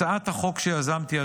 הצעת החוק שיזמתי,